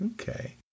Okay